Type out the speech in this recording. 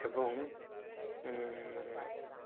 ଏବଂ